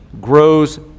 grows